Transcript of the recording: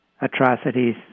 atrocities